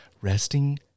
Resting